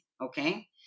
okay